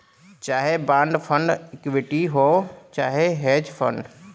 चाहे bond fund equity हौ चाहे हेज फ़ंड